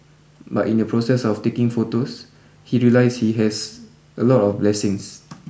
but in the process of taking photos he realised he has a lot of blessings